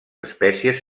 espècies